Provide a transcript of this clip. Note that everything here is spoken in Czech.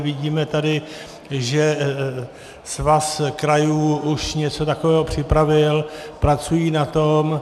Vidíme tady, že svaz krajů už něco takového připravil, pracují na tom.